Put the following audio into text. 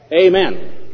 Amen